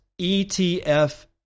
ETF